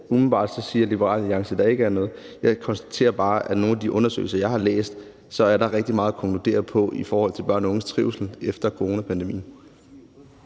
umiddelbart siger, at der ikke er noget. Jeg konstaterer bare, at der i nogle af de undersøgelser, jeg har læst, er rigtig meget at konkludere i forhold til børn og unges trivsel efter coronapandemien.